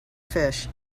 fish